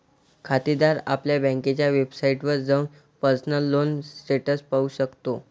खातेदार आपल्या बँकेच्या वेबसाइटवर जाऊन पर्सनल लोन स्टेटस पाहू शकतो